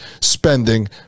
spending